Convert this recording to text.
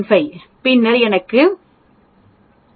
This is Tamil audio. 5 பின்னர் எனக்கு 250